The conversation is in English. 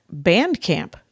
Bandcamp